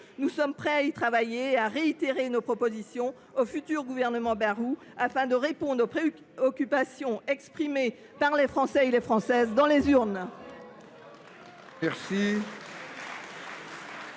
Nous sommes prêts à y travailler et à réitérer nos propositions au futur gouvernement Bayrou, afin de répondre aux préoccupations exprimées par les Françaises et les Français dans les urnes.